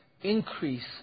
increase